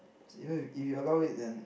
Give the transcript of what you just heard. cause even if if you allow it then